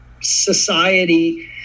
society